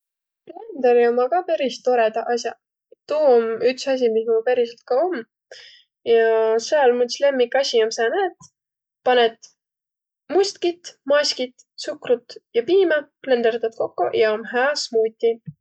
Blenderiq ommaq ka peris torõdaq as'aq. Tuu om üts asi, mis mul periselt ka om ja sääl mu üts lemmikasi om sääne, et panõt must'kit, maas'kit, tsukrut ja piimä, blenderdat kokko ja om hää smuuti.